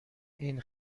این